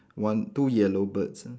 one two yellow birds ah